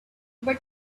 but